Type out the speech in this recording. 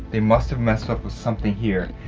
they must have messed up with something here.